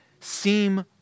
seem